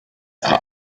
are